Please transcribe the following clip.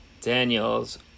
Daniels